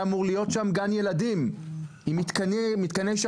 היה אמור להיות שם גן ילדים עם מתקני שעשועים.